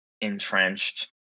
entrenched